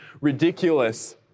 ridiculous